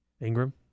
Ingram